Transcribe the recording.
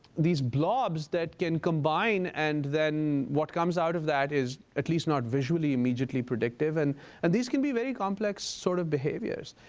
these blobs that can combine, and then what comes out of that is at least not visually immediately predictive. and and these can be very complex sort of behaviors.